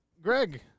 Greg